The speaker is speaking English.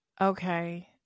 Okay